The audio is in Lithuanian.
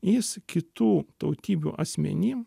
jis kitų tautybių asmenim